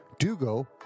Dugo